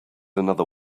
another